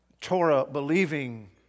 Torah-believing